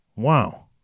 Wow